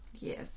Yes